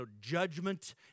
judgment